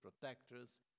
Protectors